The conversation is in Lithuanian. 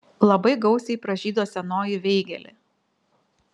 labai gausiai pražydo senoji veigelė